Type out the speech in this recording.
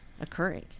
occurring